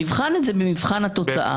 נבחן את זה במבחן התוצאה,